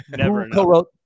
co-wrote